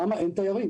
למה אין תיירים?